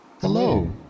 Hello